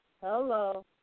Hello